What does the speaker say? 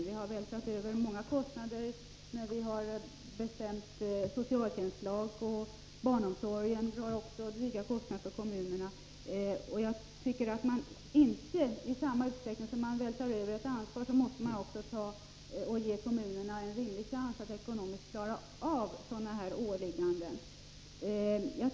Vi har vältrat över många kostnader, t.ex. genom socialtjänstlagen och barnomsorgen. Men i samma utsträckning som man vältrar över ett ansvar måste man också ge kommunerna en rimlig chans att ekonomiskt klara av sådana här åligganden.